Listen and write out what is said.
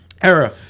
era